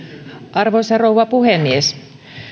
arvoisa rouva puhemies